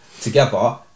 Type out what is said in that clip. together